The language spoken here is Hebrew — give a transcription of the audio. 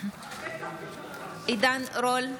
עידן רול,